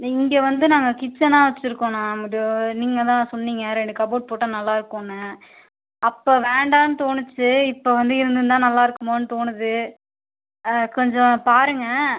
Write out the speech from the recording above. இங்கே வந்து நாங்கள் கிச்சனா வச்சுருக்கோண்ணா நீங்கள் தான் சொன்னீங்க ரெண்டு கபோர்ட் போட்டால் நல்லா இருக்குன்னு அப்போ வேண்டான்னு தோணுச்சு இப்போ வந்து இருந்துருந்தால் நல்லா இருக்குமோன்னு தோணுது கொஞ்சம் பாருங்க